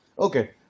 Okay